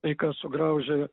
tai ką sugraužia